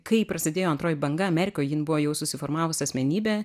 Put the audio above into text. kai prasidėjo antroji banga amerikoj jin buvo jau susiformavusi asmenybė